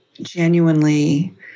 genuinely